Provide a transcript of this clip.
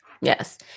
yes